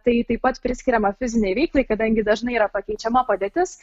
tai taip pat priskiriama fizinei veiklai kadangi dažnai yra pakeičiama padėtis